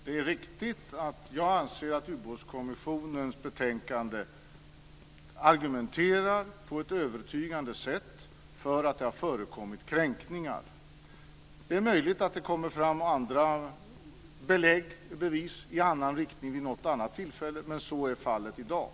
Herr talman! Det är riktigt att jag anser att Ubåtskommissionens betänkande på ett övertygande sätt argumenterar för att det har förekommit kränkningar. Det är möjligt att det kommer fram andra belägg, bevis, i annan riktning vid något annat tillfälle, men så är fallet i dag.